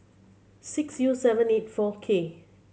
six U seven eight four K